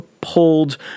pulled